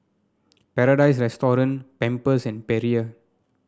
Paradise Restaurant Pampers and Perrier